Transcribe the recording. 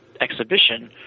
exhibition